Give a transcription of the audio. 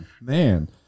man